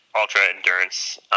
ultra-endurance